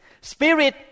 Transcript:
Spirit